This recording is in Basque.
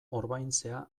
orbaintzea